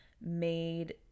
made